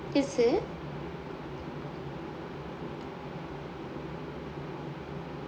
பேசு:pesu